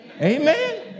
Amen